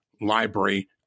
library